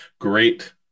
great